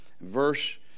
verse